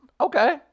okay